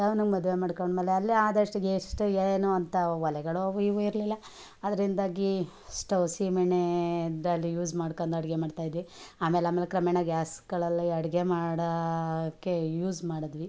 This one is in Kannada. ಟೌನಗ್ ಮದುವೆ ಮಾಡ್ಕೊಂಡ್ಮೇಲೆ ಅಲ್ಲೇ ಆದಷ್ಟು ಎಷ್ಟು ಏನು ಅಂಥ ಒಲೆಗಳು ಅವು ಇವು ಇರಲಿಲ್ಲ ಅದರಿಂದಾಗಿ ಸ್ಟೌವ್ ಸೀಮೆಣ್ಣೆಯಲ್ಲಿ ಯೂಸ್ ಮಾಡ್ಕಂಡ್ ಅಡುಗೆ ಮಾಡ್ತಾಯಿದ್ವಿ ಆಮೇಲೆ ಆಮೇಲೆ ಕ್ರಮೇಣ ಗ್ಯಾಸ್ಗಳಲ್ಲಿ ಅಡುಗೆ ಮಾಡೋಕ್ಕೆ ಯೂಸ್ ಮಾಡಿದ್ವಿ